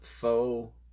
faux